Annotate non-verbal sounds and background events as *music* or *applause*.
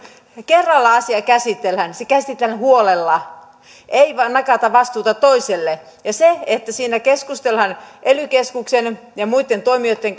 kerralla asia käsitellään se käsitellään huolella eikä vain nakata vastuuta toiselle ja että siinä ely keskuksen ja muitten toimijoitten *unintelligible*